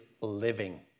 living